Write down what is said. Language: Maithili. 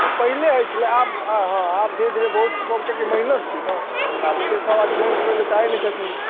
हाँ पाहिले होइत छलै आब हँ आब धीरे धीरे बहुत कम किआकि मेहनत छै नहि तऽ आब ओते सब आदमी मेहनत करै लेल चाहैत नहि छथिन